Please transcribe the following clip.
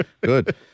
good